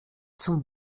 zum